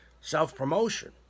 Self-promotion